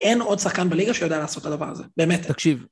אין עוד שחקן בליגה שיודע לעשות את הדבר הזה, באמת, תקשיב.